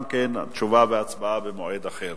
גם כאן תשובה והצבעה במועד אחר.